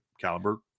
caliber